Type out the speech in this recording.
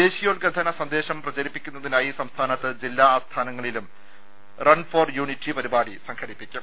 ദേശീയോദ്ഗ്രഥന സന്ദേശം പ്രചരി പ്പിക്കുന്നതിനായി സംസ്ഥാനത്ത് ജില്ലാ ആസ്ഥാനങ്ങളിലും റൺ ഫോർ യൂണിറ്റി പരിപാടി സംഘടിപ്പിക്കും